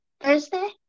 thursday